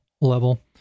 level